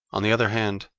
on the other hand,